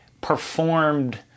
performed